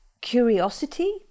curiosity